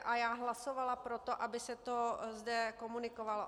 A já hlasovala pro to, aby se to zde komunikovalo.